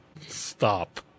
stop